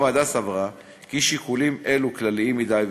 הוועדה סברה כי שיקולים אלו כלליים מדי,